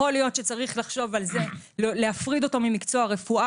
יכול להיות שצריך להפריד אותו ממקצוע הרפואה